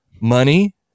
Money